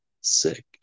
Sick